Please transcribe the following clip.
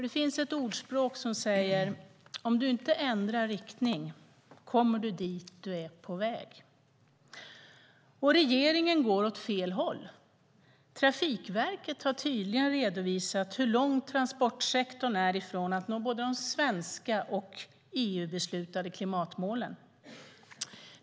Det finns ett ordspråk som säger: Om du inte ändrar riktning kommer du dit du är på väg. Regeringen går åt fel håll. Trafikverket har tydligt redovisat hur långt transportsektorn är ifrån att nå både de svenska och de EU-beslutade klimatmålen.